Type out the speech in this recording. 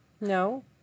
No